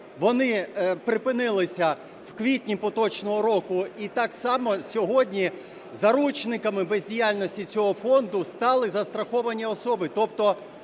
вони припинилися в квітні поточного року. І так само сьогодні заручниками бездіяльності цього фонду стали застраховані особи.